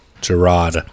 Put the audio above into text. Gerard